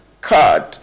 card